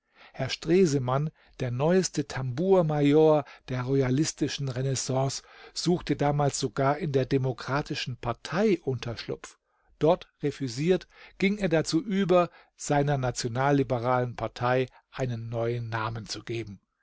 herr stresemann der neueste tambourmajor der royalistischen renaissance suchte damals sogar in der demokratischen partei unterschlupf dort refüsiert ging er dazu über seiner nationalliberalen partei einen neuen namen zu geben